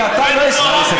כי אתה לא הסכמת,